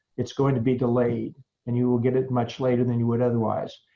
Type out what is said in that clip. it's going to be delayed and you will get it much later than you would otherwise.